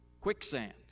quicksand